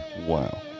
Wow